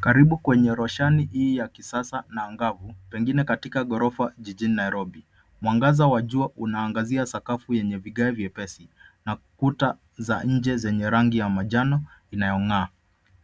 Karibu kwenye roshani hii ya kisasa na angavu pengine katika ghorofa jijini Nairobi. Mwangaza wa jua una angazia sakafu yenye vigae vyepesi na kuta za inje zenye rangi ya manjano inayong'aa.